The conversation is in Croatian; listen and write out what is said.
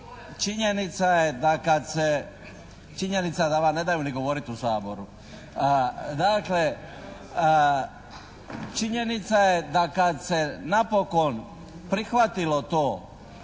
činjenica je da kad se napokon prihvatilo to